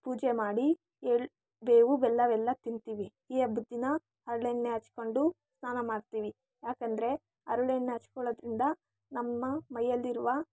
ಪೂಜೆ ಮಾಡಿ ಏಳ್ ಬೇವು ಬೆಲ್ಲವೆಲ್ಲ ತಿಂತೀವಿ ಈ ಹಬ್ಬದ ದಿನ ಹರಳೆಣ್ಣೆ ಹಚ್ಕೊಂಡು ಸ್ನಾನ ಮಾಡ್ತೀವಿ ಯಾಕೆಂದ್ರೆ ಅರಳೆಣ್ಣೆ ಹಚ್ಕೊಳೋದ್ರಿಂದ ನಮ್ಮ ಮೈಯ್ಯಲ್ಲಿರುವ